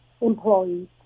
employees